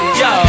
yo